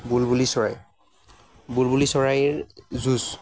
বুলবুলি চৰাই বুলবুলি চৰাইৰ যুঁজ